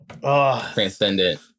Transcendent